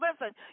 Listen